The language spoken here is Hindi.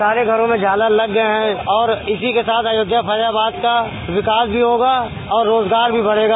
सारे घर में झालर लग गए हैं और इसी के साथ आयोध्या फैजाबाद का विकास भी होगा और रोजगार भी बढ़ेगा